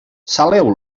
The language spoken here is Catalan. saleu